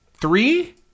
three